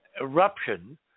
eruption